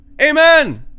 Amen